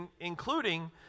including